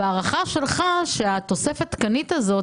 ההערכה שלך היא שעם התוספת התקנית הזאת,